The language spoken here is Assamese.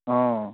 অঁ